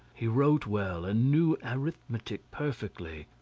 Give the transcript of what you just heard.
he wrote well, and knew arithmetic perfectly.